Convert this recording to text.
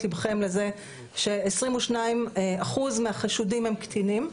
ליבכם לזה ש-22 אחוז מהחשודים הם קטינים,